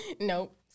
Nope